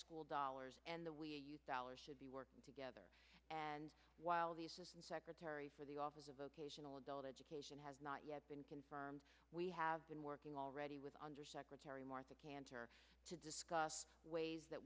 school dollars and the we use dollars should be working together and while the assistant secretary for the office of vocational adult education has not yet been confirmed we have been working already with undersecretary martha cantor to discuss ways that